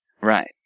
Right